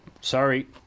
sorry